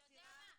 ואתה יודע מה,